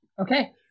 Okay